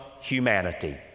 humanity